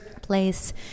place